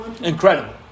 Incredible